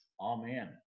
Amen